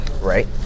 Right